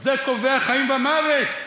הוא קובע חיים ומוות.